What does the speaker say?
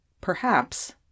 Perhaps